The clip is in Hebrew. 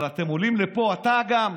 אבל אתם עולים לפה, גם אתה,